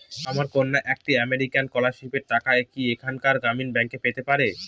আমার কন্যা একটি আমেরিকান স্কলারশিপের টাকা কি এখানকার গ্রামীণ ব্যাংকে পেতে পারে?